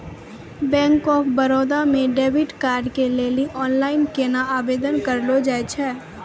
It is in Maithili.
बैंक आफ बड़ौदा मे डेबिट कार्ड के लेली आनलाइन केना आवेदन करलो जाय छै?